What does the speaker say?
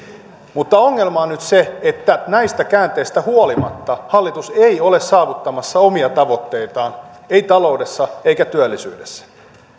mutta ongelma on nyt se että näistä käänteistä huolimatta hallitus ei ole saavuttamassa omia tavoitteitaan ei taloudessa eikä työllisyydessä